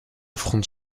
frans